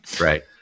Right